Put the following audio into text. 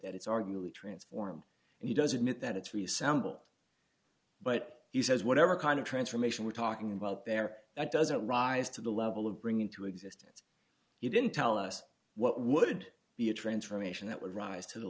that it's arguably transform and he does admit that it's reassembled but he says whatever kind of transformation we're talking about there that doesn't rise to the level of bring into existence you didn't tell us what would be a transformation that would rise to the